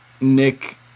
Nick